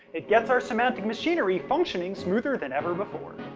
it gets our semantic machinery functioning smoother than ever before.